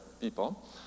people